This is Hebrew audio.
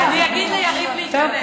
אני אגיד ליריב להיכנס.